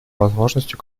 возможностью